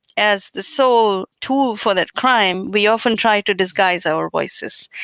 as the soul tool for that crime, we often try to disguise our voices.